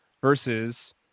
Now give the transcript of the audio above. versus